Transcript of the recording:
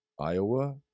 Iowa